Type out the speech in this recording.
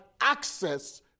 access